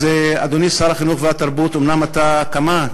אז, אדוני שר החינוך והתרבות, אומנם אתה, כמה?